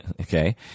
okay